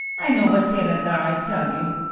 i know what sailors are, i tell you.